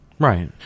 Right